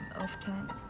often